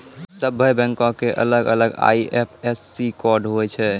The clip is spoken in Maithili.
सभ्भे बैंको के अलग अलग आई.एफ.एस.सी कोड होय छै